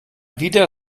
wieder